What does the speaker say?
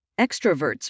Extroverts